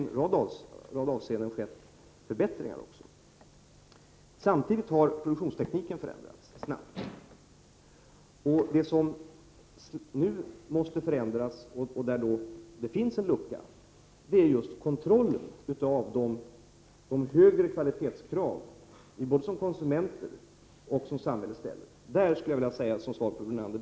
Förbättringar har också skett i en rad avseenden. Samtidigt har produktionstekniken förändrats snabbt. Det som nu måste förändras är kontrollen av att de högre kvalitetskrav vi som konsumenter ställer och som samhället som helhet ställer uppfylls.